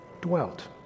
Dwelt